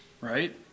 right